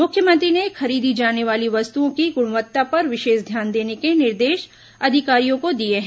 मुख्यमंत्री ने खरीदी जाने वाली वस्तुओं की गुणवत्ता पर विशेष ध्यान देने के निर्देश अधिकारियों को दिए हैं